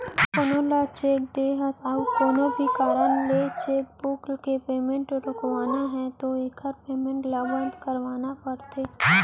कोनो ल चेक दे हस अउ कोनो भी कारन ले चेकबूक के पेमेंट रोकवाना है तो एकर पेमेंट ल बंद करवाना परथे